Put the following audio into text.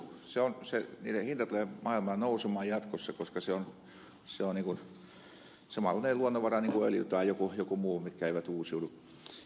niiden hinta tulee maailmalla nousemaan jatkossa koska se on samanlainen luonnonvara kuin öljy tai joku muu mitkä eivät uusiudu